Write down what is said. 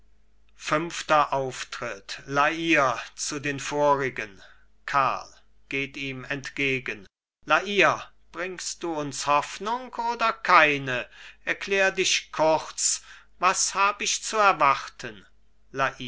fünfter auftritt la hire zu den vorigen karl geht ihm entgegen la hire bringst du uns hoffnung oder keine erklär dich kurz was hab ich zu erwarten